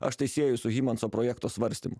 aš tai sieju su hymanso projekto svarstymu